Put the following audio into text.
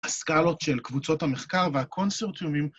‫הסקאלות של קבוצות המחקר ‫והקונסרטיומים.